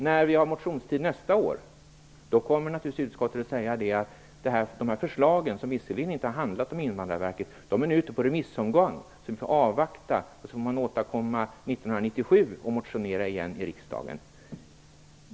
När vi har motionstid nästa år kommer utskottet naturligtvis att säga att dessa förslag, som visserligen inte har handlat om Invandrarverket, är ute på remiss och att man får avvakta remissbehandlingen. Då får man återkomma 1997 med motioner igen i riksdagen.